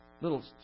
little